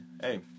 hey